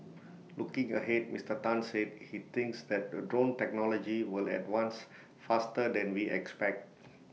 looking ahead Mister Tan said he thinks that drone technology will advance faster than we expect